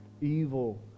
evil